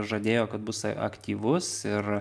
žadėjo kad bus aktyvus ir